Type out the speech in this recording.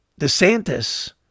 DeSantis